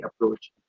approach